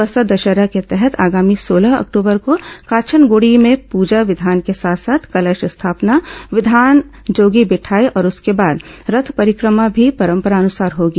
बस्तर दशहरा के तहत आगामी सोलह अक्टूबर को काछनगुड़ी में पूजा विघान के साथ साथ कलश स्थापना विधान जोगी बिठाई और उसके बाद रथ परिक्रमा भी परंपरानुसार होगी